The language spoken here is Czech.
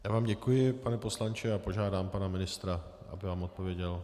Já vám děkuji, pane poslanče, a požádám pana ministra, aby vám odpověděl.